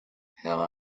how